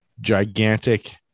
gigantic